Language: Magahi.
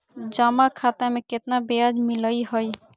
जमा खाता में केतना ब्याज मिलई हई?